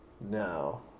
no